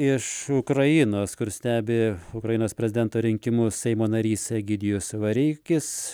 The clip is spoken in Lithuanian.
iš ukrainos kur stebi ukrainos prezidento rinkimus seimo narys egidijus vareikis